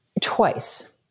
twice